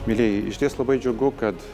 mielieji išties labai džiugu kad